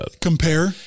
Compare